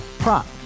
Prop